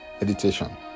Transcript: meditation